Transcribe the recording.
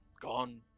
gone